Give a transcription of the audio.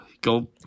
Go